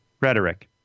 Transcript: rhetoric